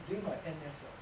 during my N_S_L